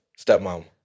Stepmom